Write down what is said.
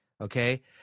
Okay